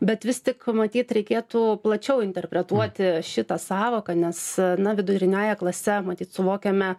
bet vis tik matyt reikėtų plačiau interpretuoti šitą sąvoką nes na viduriniąja klase matyt suvokiame